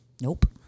Nope